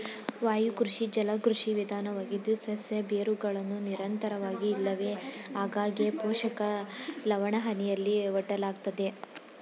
ವಾಯುಕೃಷಿ ಜಲಕೃಷಿ ವಿಧಾನವಾಗಿದ್ದು ಸಸ್ಯ ಬೇರುಗಳನ್ನು ನಿರಂತರವಾಗಿ ಇಲ್ಲವೆ ಆಗಾಗ್ಗೆ ಪೋಷಕ ಲವಣಹನಿಯಲ್ಲಿ ಒಡ್ಡಲಾಗ್ತದೆ